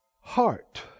Heart